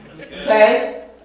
Okay